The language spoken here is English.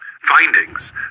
findings